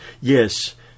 Yes